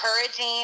encouraging